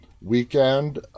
weekend